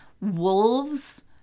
wolves